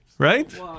right